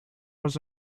was